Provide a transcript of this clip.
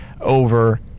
over